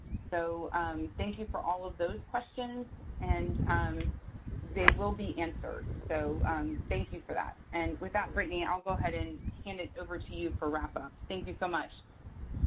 so thank you for all of those questions and they will be answered. so thank you for that. and with that, brittany, i'll go ahead and hand it over to you for wrap-up. thank you so much.